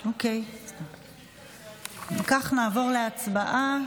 אם כך, נעבור להצבעה.